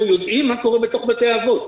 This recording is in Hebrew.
אנחנו יודעים מה קורה בתוך בתי האבות,